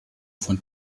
von